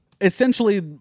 essentially